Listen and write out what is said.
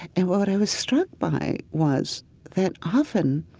and what i was struck by was that often